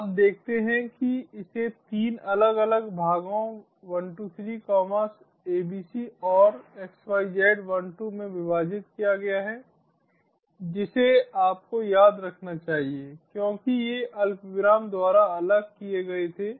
आप देखते हैं कि इसे तीन अलग अलग भागों 123 abc और xyz12 में विभाजित किया गया है जिसे आपको याद रखना चाहिए क्योंकि ये अल्पविराम द्वारा अलग किए गए थे